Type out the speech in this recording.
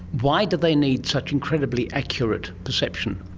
why do they need such incredibly accurate perception?